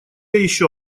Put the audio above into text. еще